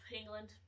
England